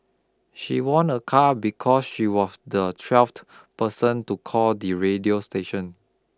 she won a car because she was the twelfth person to call the radio station